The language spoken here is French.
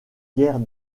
guerre